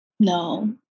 no